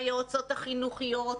היועצות החינוכיות,